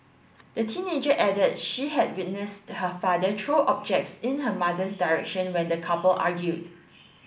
the teenager added she had witnessed her father throw objects in her mother's direction when the couple argued